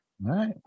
right